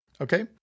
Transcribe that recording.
Okay